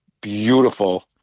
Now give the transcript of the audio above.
beautiful